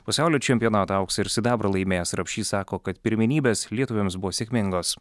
pasaulio čempionato auksą ir sidabrą laimėjęs rapšys sako kad pirmenybės lietuviams buvo sėkmingos